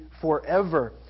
forever